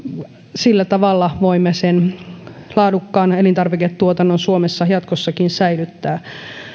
sillä tavalla voimme laadukkaan elintarviketuotannon suomessa jatkossakin säilyttää